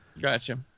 Gotcha